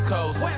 Coast